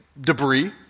debris